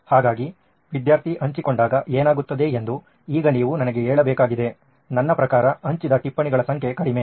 ಹಾಗಾಗಿ ವಿದ್ಯಾರ್ಥಿ ಹಂಚಿಕೊಂಡಾಗ ಏನಾಗುತ್ತದೆ ಎಂದು ಈಗ ನೀವು ನನಗೆ ಹೇಳಬೇಕಾಗಿದೆ ನನ್ನ ಪ್ರಕಾರ ಹಂಚಿದ ಟಿಪ್ಪಣಿಗಳ ಸಂಖ್ಯೆ ಕಡಿಮೆ